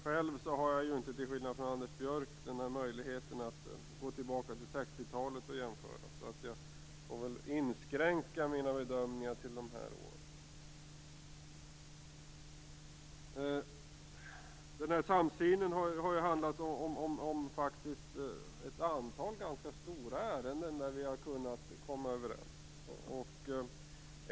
Själv har jag, till skillnad från Anders Björck, inte möjligheten att gå tillbaka till 60-talet och jämföra, utan jag får inskränka mina bedömningar till de här åren. Samsynen har faktiskt handlat om ett antal ganska stora ärenden där vi har kunnat komma överens.